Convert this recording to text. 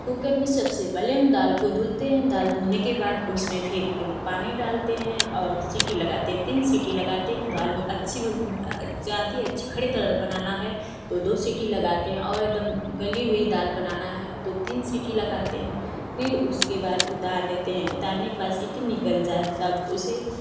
cooker में सबसे पहले हम दाल को धुलते हैं दाल को धुलने के बाद उसमें फिर पानी डालते हैं और सिटी लगाते है तीन सिटी लगाते हैं दाल अच्छी बन ज्यादे अच्छी खड़ी दाल बनाना है तो दो सिटी लगाते हैं और एकदम गली हुई दाल बनाना है तो तीन सिटी लगाते हैं फिर उसके बाद उतार देते हैं उतारने के बाद सिटी निकल जाए तब उसे